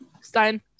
Stein